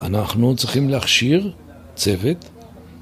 אנחנו צריכים להכשיר צוות